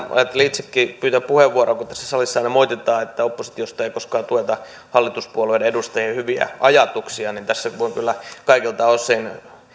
itsekin pyytää puheenvuoron kun tässä salissa aina moititaan että oppositiosta ei koskaan tueta hallituspuolueiden edustajien hyviä ajatuksia tässä voin kyllä kaikilta osin